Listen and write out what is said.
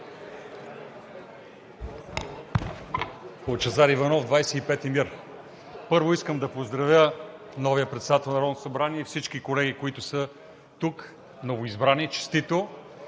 Първо, искам да поздравя новия председател на Народното събрание и всички колеги, които са тук новоизбрани. Честито!